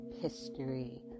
history